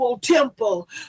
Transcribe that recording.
temple